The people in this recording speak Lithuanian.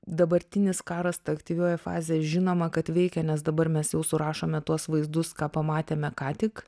dabartinis karas ta aktyvioji fazė žinoma kad veikia nes dabar mes jau surašome tuos vaizdus ką pamatėme ką tik